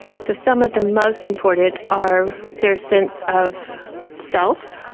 so some of the most important are their sense of self,